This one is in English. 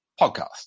Podcast